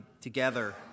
together